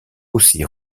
aussi